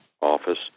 Office